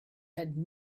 had